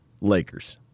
Lakers